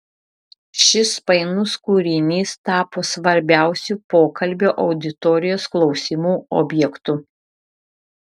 šis painus kūrinys tapo svarbiausiu pokalbio auditorijos klausimų objektu